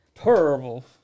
terrible